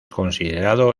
considerado